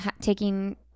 taking